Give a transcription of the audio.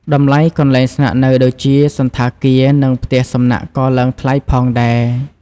តម្លៃកន្លែងស្នាក់នៅដូចជា សណ្ឋាគារ និងផ្ទះសំណាក់ក៏ឡើងថ្លៃផងដែរ។